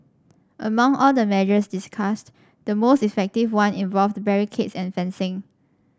among all the measures discussed the most effective one involved barricades and fencing